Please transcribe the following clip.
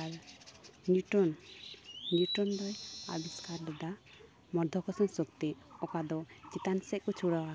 ᱟᱨ Newton Newton ᱫᱚᱭ ᱟᱵᱤᱥᱠᱟᱨ ᱞᱮᱫᱟ ᱢᱚᱫᱽᱫᱷᱚᱠᱚᱨᱥᱚᱱ ᱥᱚᱠᱛᱤ ᱚᱠᱟ ᱫᱚ ᱪᱮᱛᱟᱱ ᱥᱮᱡ ᱠᱚ ᱪᱷᱩᱲᱟᱹᱣᱟ